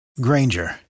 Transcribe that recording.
Granger